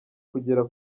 kugera